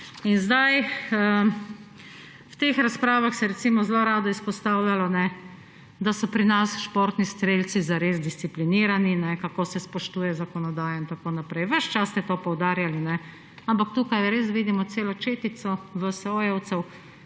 ne. V teh razpravah se je zelo izpostavljalo, da so pri nas športni strelci zares disciplinirani, kako se spoštuje zakonodaja in tako naprej. Ves čas ste to poudarjali. Ampak tukaj res vidimo celo četico VSO,